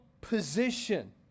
position